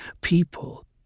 people